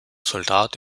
soldat